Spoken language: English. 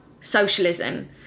socialism